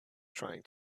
trying